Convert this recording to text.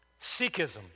Sikhism